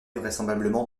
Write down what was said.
vraisemblablement